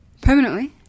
Permanently